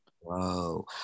Whoa